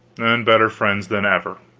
and better friends than ever.